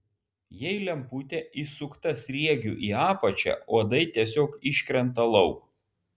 jei lemputė įsukta sriegiu į apačią uodai tiesiog iškrenta lauk